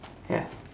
ya